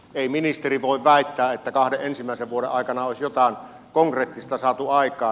ei ministeri voi väittää että kahden ensimmäisen vuoden aikana olisi jotain konkreettista saatu aikaan